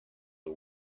are